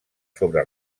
sobre